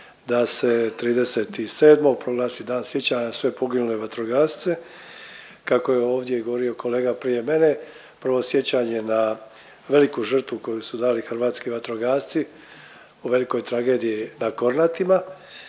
da se 30.7. proglasi dan sjećanja na sve poginule vatrogasce, kako je ovdje govorio i kolega prije mene. Prvo sjećanje na veliku žrtvu koju su dali hrvatski vatrogasci u velikoj tragediji na Kornatima,